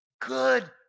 good